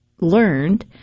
learned